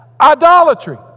idolatry